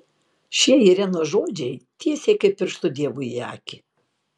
šie irenos žodžiai tiesiai kaip pirštu dievui į akį